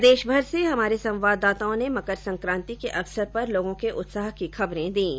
प्रदेशभर से हमारे संवाददाताओं ने मकरसकांति के अवसर पर लोगों के उत्साह की खबरें दीं